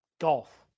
Golf